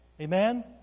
amen